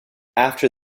after